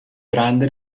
grande